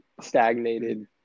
stagnated